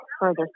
further